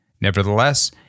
Nevertheless